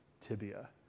Tibia